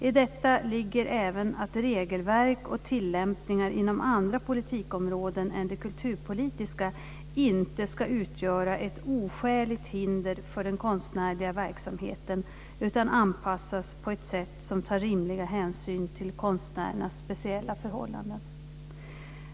I detta ligger även att regelverk och tillämpningar inom andra politikområden än det kulturpolitiska inte ska utgöra ett oskäligt hinder för den konstnärliga verksamheten utan anpassas på ett sätt som tar rimlig hänsyn till konstnärernas speciella förhållanden.